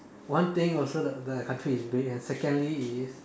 one thing also the the country is big and secondly is